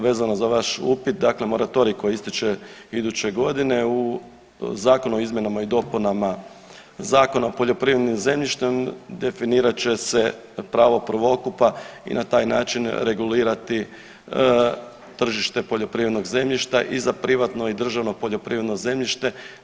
Vezano za vaš upit dakle moratorij koji ističe iduće godine u Zakon o izmjenama i dopunama Zakona o poljoprivrednim zemljištem definirat će se pravo prvootkupa i na taj način regulirati tržište poljoprivrednog zemljišta i za privatno i državno poljoprivredno zemljište.